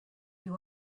you